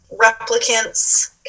replicants